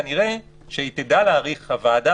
כנראה שהוועדה,